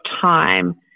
time